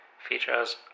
features